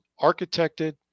architected